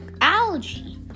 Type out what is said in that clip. algae